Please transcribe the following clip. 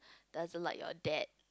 doesn't like your dad